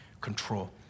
control